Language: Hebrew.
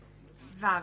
ועניין.